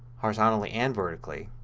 horizontally and vertically